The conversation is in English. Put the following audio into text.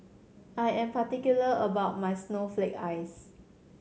I am particular about my snowflake ice